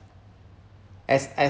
as as